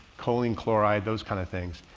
choline chloride, those kinds of things.